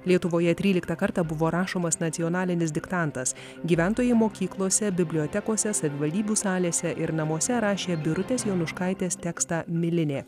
lietuvoje tryliktą kartą buvo rašomas nacionalinis diktantas gyventojai mokyklose bibliotekose savivaldybių salėse ir namuose rašė birutės jonuškaitės tekstą milinė